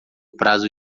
prazo